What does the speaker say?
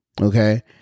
Okay